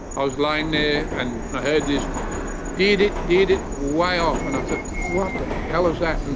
i was lying there and i heard this diddit diddit way off and i thought what the hell is that? and